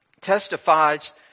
testifies